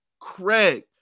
Craig